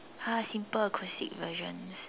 ah simple acoustic version